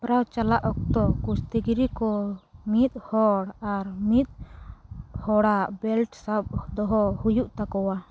ᱦᱮᱯᱨᱟᱣ ᱪᱟᱞᱟᱜ ᱚᱠᱛᱚ ᱠᱩᱥᱛᱤᱜᱤᱨᱤ ᱠᱚ ᱢᱤᱫ ᱦᱚᱲ ᱟᱨ ᱢᱤᱫ ᱦᱚᱲᱟᱜ ᱵᱮᱞᱴ ᱥᱟᱵ ᱫᱚᱦᱚ ᱦᱩᱭᱩᱜ ᱛᱟᱠᱚᱣᱟ